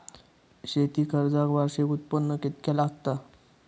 शेती कर्जाक वार्षिक उत्पन्न कितक्या लागता?